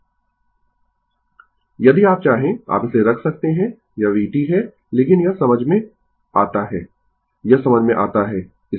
Refer Slide Time 0950 यदि आप चाहें आप इसे रख सकते है यह vt है लेकिन यह समझ में आता है यह समझ में आता है